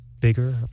bigger